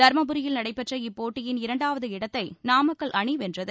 தருமபுரியில் நடைபெற்ற இப்போட்டியின் இரண்டாவது இடத்தை நாமக்கல் அணி வென்றது